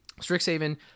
Strixhaven